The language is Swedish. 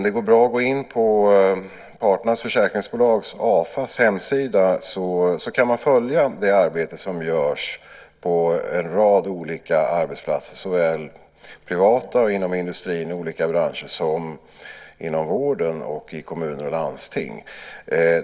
Det går bra att gå in på parternas försäkringsbolags, AFA:s, hemsida. Där kan man följa det arbete som görs på en rad olika arbetsplatser, såväl privata och inom industrin i olika branscher som inom vården i kommuner och landsting.